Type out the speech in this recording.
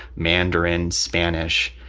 mandarin, spanish.